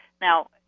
Now